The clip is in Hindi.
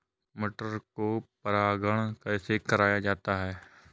मटर को परागण कैसे कराया जाता है?